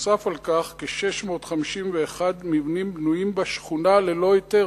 נוסף על כך, כ-651 מבנים בנויים בשכונה ללא היתר.